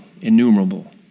innumerable